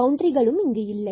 பவுண்டரிகளும் இல்லை